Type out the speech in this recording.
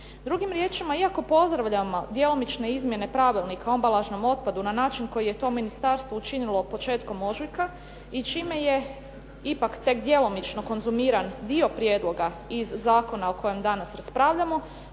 Drugim riječima, iako pozdravljamo djelomično izmjene Pravilnika o ambalažnom otpadu na način koji je to ministarstvo učinilo početkom ožujka i čime je ipak tek djelomično konzumiran dio prijedloga iz zakona o kojem danas raspravljamo